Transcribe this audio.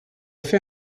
fait